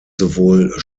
sowohl